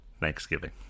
Thanksgiving